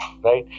right